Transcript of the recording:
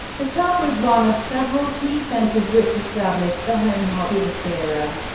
the club was one of several key centers which established the home hobbyist era,